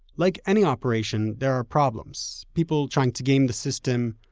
like any operation, there are problems people trying to game the system,